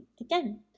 again